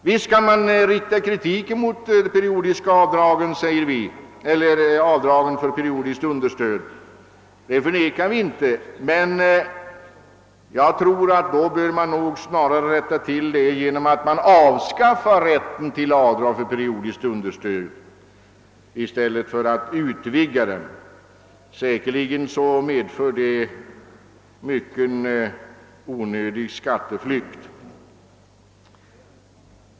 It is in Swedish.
Vi säger att kritik visst kan riktas mot avdragen för periodiskt understöd, men då bör man rätta till det genom att avskaffa rätten till sådana avdrag i stället för att vidga den, vilket säkerligen skulle medföra en kraftig skatteflykt.